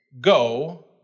go